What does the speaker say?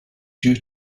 due